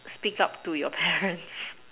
speak up to your parents